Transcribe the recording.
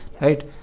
right